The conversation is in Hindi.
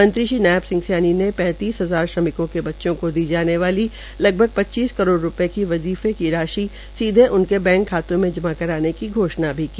मंत्री श्री नायब सिंह सैनी ने पैंतीस हजार श्रमिकों के बच्चों को दी जाने वाली लगभग पच्चीस करोड़ रूपये की वजीफे की राशि सीधे उनके बैंक खातों में जमा कराने की घोषण की